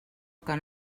que